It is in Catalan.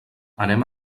anem